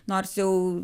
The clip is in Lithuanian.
nors jau